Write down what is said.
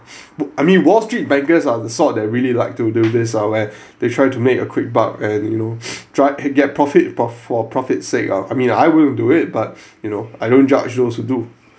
I mean wall street bankers are the sort that really like to do this ah where they try to make a quick buck and you know try get profit for profit sake ah I mean I wouldn't do it but you know I don't judge those who do